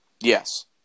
Yes